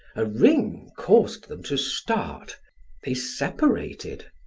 a ring caused them to start they separated.